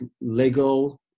legal